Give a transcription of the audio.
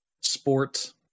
sport